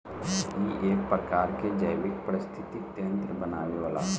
इ एक प्रकार के जैविक परिस्थितिक तंत्र बनावेला